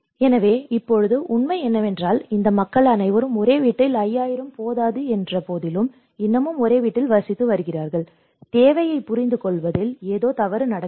எனவே இப்போது உண்மை என்னவென்றால் இந்த மக்கள் அனைவரும் ஒரே வீட்டில் 5000 போதாது என்ற போதிலும் இன்னமும் ஒரே வீட்டில் வசித்து வருகிறார்கள் தேவையைப் புரிந்து கொள்வதில் ஏதோ தவறு நடக்கிறது